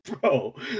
bro